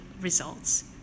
results